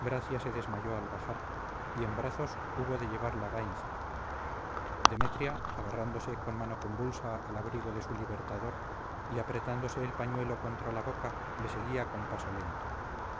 gracia se desmayó al bajar y en brazos hubo de llevarla gainza demetria agarrándose con mano convulsa al abrigo de su libertador y apretándose el pañuelo contra la boca le seguía con paso lento